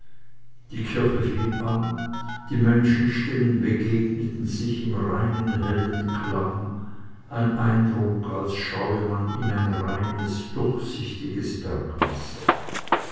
die kirche fing an die menschenstimmen begegneten sich im reinen hellen klang ein eindruck als schaue man in reines durchsichtiges